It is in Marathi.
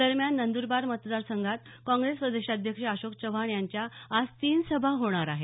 दरम्यान नंदरबार मतदार संघात काँग्रेस प्रदेशाध्यक्ष अशोक चव्हाण यांच्या आज तीन सभा होणार आहेत